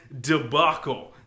debacle